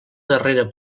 darrera